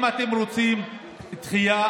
אם אתם רוצים דחייה,